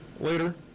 Later